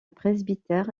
presbytère